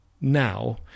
now